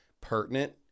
pertinent